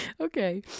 Okay